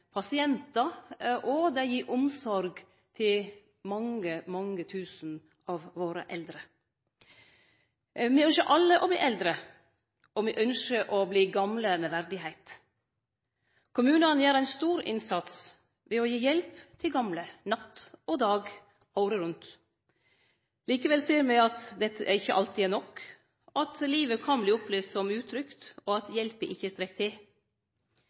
pasientar, og dei gir omsorg til mange, mange tusen av våre eldre. Me ynskjer alle å verte eldre, og me ynskjer å verte gamle med verdigheit. Kommunane gjer ein stor innsats ved å gi hjelp til gamle, natt og dag, året rundt. Likevel ser me at dette ikkje alltid er nok, at livet kan verte opplevd som utrygt, og at hjelpa ikkje strekk til.